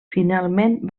finalment